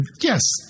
yes